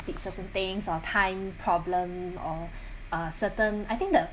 ~plete certain things or time problem or uh certain I think the